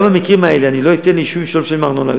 גם במקרים האלה אני לא אתן ליישובים שלא משלמים ארנונה,